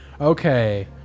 okay